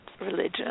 religion